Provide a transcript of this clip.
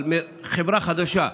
אבל חברה חדשה,